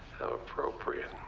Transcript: appropriate.